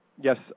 Yes